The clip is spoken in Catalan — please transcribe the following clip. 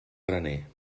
graner